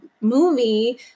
movie